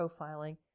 profiling